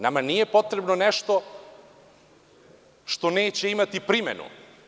Nama nije potrebno nešto što neće imati primenu.